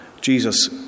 Jesus